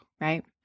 Right